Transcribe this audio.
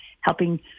helping